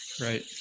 Right